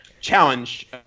challenge